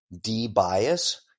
de-bias